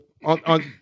On